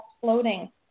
floating